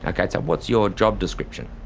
okay, so what's your job description?